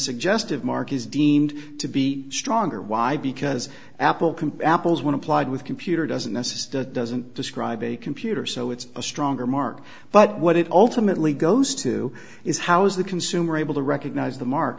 suggestive mark is deemed to be stronger why because apple compare apples when applied with computer doesn't assist doesn't describe a computer so it's a stronger mark but what it ultimately goes to is how is the consumer able to recognize the mark